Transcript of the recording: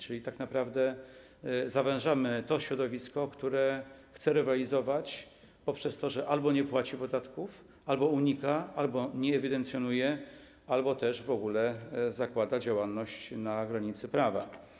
Czyli tak naprawdę zawężamy to środowisko, które chce rywalizować poprzez to, że albo nie płaci podatków, albo tego unika, albo czegoś nie ewidencjonuje, albo też w ogóle zakłada działalność na granicy prawa.